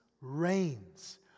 reigns